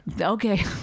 Okay